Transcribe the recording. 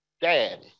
daddy